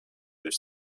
their